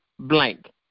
Blank